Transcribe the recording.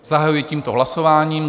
Zahajuji tímto hlasování.